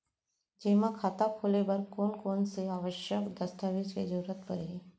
जेमा खाता खोले बर कोन कोन से आवश्यक दस्तावेज के जरूरत परही?